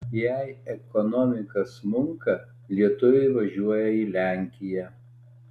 jei ekonomika smunka lietuviai važiuoja į lenkiją